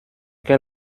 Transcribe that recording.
quel